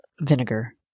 vinegar